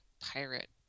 pirate